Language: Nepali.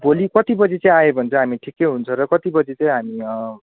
भोलि कति बजी चाहिँ आयौँ भने चाहिँ हामी ठिकै हुन्छ र कति बजी हामी